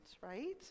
right